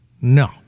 No